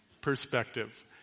Perspective